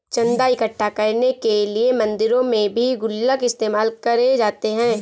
चन्दा इकट्ठा करने के लिए मंदिरों में भी गुल्लक इस्तेमाल करे जाते हैं